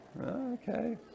Okay